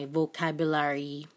vocabulary